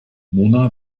mona